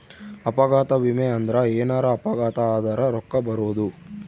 ಅಪಘಾತ ವಿಮೆ ಅಂದ್ರ ಎನಾರ ಅಪಘಾತ ಆದರ ರೂಕ್ಕ ಬರೋದು